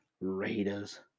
Raiders